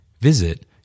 Visit